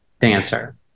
dancer